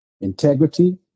integrity